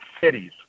cities